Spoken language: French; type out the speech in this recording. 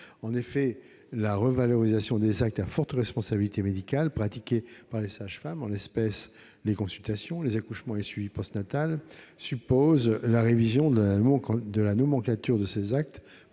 En effet, la revalorisation des actes à forte responsabilité médicale pratiqués par les sages-femmes, en l'espèce les consultations, les accouchements et le suivi postnatal, suppose la révision de la nomenclature de ces actes